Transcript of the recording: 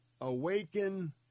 Awaken